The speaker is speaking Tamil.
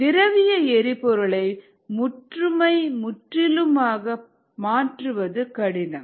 திரவிய எரிபொருளை முற்றுமை முற்றிலுமாக மாற்றுவது கடினம்